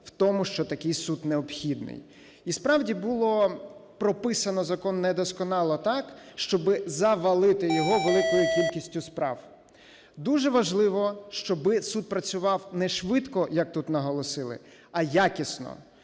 в тому, що такий суд необхідний. І, справді, було прописано закон недосконало так, щоби завалити його великою кількістю справ. Дуже важливо, щоби суд працював не швидко, як тут наголосили, а якісно.